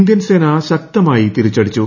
Indian സേന ശക്തമായി തിരിച്ചടിച്ചു